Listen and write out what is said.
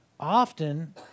Often